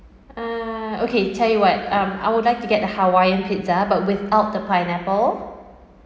uh okay tell you what um I would like to get the hawaiian pizza but without the pineapple